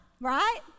right